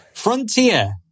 Frontier